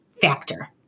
factor